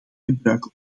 gebruik